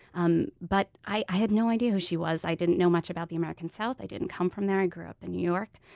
um but i i had no idea who she was. i didn't know much about the american south. i didn't come from there i grew up in new york.